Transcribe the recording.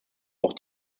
auch